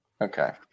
Okay